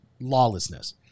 lawlessness